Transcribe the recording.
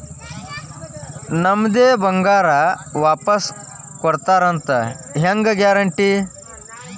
ನಮ್ಮದೇ ಬಂಗಾರ ವಾಪಸ್ ಕೊಡ್ತಾರಂತ ಹೆಂಗ್ ಗ್ಯಾರಂಟಿ?